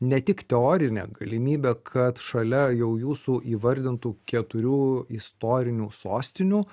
ne tik teorinė galimybė kad šalia jau jūsų įvardintų keturių istorinių sostinių